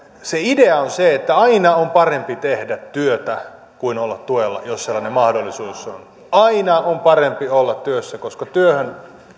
se idea on se että aina on parempi tehdä työtä kuin olla tuella jos semmoinen mahdollisuus on aina on parempi olla työssä koska